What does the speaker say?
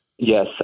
Yes